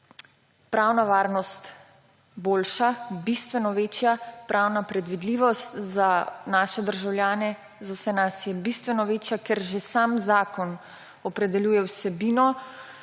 pravna varnost boljša, bistveno večja, pravna predvidljivost za naše državljane za vse nas je bistveno večja, ker že sam zakon opredeljuje vsebino